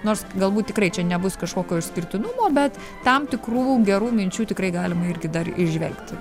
nors galbūt tikrai čia nebus kažkokio išskirtinumo bet tam tikrų gerų minčių tikrai galima irgi dar įžvelgti